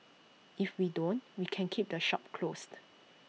if we don't we can keep the shop closed